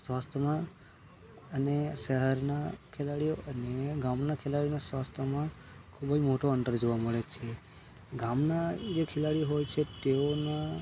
સ્વાસ્થ્યમાં અને શહેરના ખેલાડીઓ અને ગામના ખેલાડીઓ સ્વાસ્થ્યમાં ખૂબ જ મોટો અંતર જોવા મળે છે ગામના જે ખેલાડીઓ હોય છે તેઓમાં